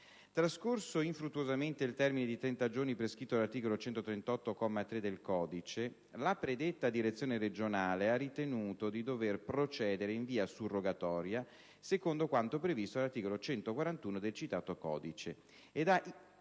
Trascorso infruttuosamente il termine di trenta giorni prescritto dall'articolo 138, comma 3, del codice, la predetta direzione regionale ha ritenuto di dover procedere in via surrogatoria, secondo quanto previsto dall'articolo 141 del citato codice,